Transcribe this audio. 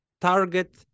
target